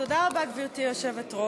תודה רבה, גברתי היושבת-ראש.